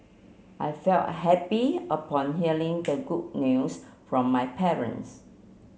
I felt happy upon hearing the good news from my parents